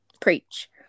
Preach